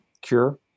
cure